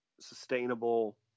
sustainable